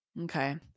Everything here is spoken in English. okay